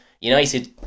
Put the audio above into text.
United